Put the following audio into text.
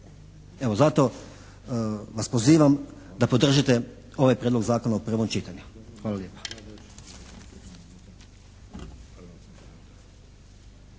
Evo zato vas pozivam da podržite ovaj prijedlog zakona u prvom čitanju. Hvala lijepa.